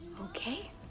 Okay